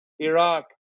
Iraq